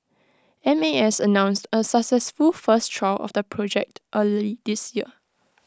M A S announced A successful first trial of the project early this year